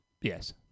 Yes